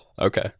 Okay